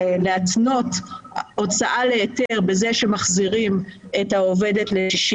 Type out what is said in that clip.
להתנות הוצאה להיתר בזה שמחזירים את העובדת ל-60